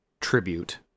tribute